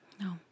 No